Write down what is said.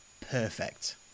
Perfect